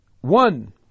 one